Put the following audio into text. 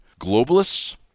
globalists